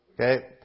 Okay